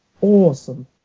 awesome